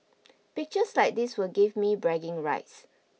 pictures like this will give me bragging rights